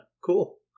Cool